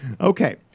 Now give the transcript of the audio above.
Okay